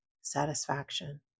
satisfaction